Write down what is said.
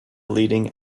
leading